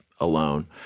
alone